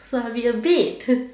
so I'll be a bed